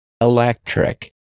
Electric